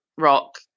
rock